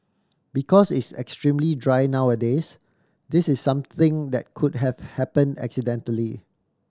because it's extremely dry nowadays this is something that could have happen accidentally